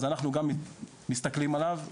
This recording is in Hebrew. אז אנחנו גם מסתכלים עליו,